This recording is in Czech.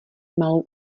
malou